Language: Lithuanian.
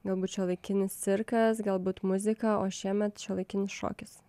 galbūt šiuolaikinis cirkas galbūt muzika o šiemet šiuolaikinis šokis